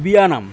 বিয়ানাম